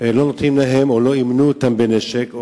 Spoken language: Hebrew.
לא נותנים להם או לא אימנו אותם בנשק,